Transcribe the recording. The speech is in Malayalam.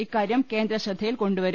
ഇക്കാര്യം കേന്ദ്രശ്രദ്ധയിൽ കൊണ്ടുവരും